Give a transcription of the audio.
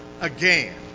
again